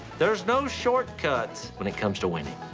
there's no shortcuts when it comes to winning.